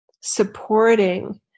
supporting